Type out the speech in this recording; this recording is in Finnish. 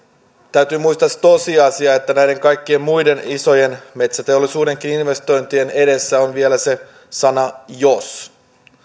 täytyy muistaa se tosiasia että näiden kaikkien muiden isojen metsäteollisuudenkin investoin tien edessä on vielä se sana jos